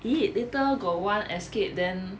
!ee! later got one escape then